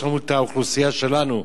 יש לנו האוכלוסייה שלנו,